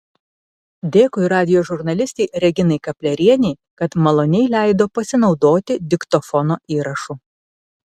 dėkui radijo žurnalistei reginai kaplerienei kad maloniai leido pasinaudoti diktofono įrašu